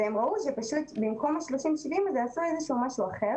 אבל הם ראו שבמקום 30/70 עשו משהו אחר